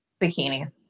Bikini